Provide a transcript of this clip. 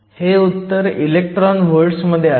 हे उत्तर इलेक्ट्रॉन व्हॉल्ट्सध्ये असेल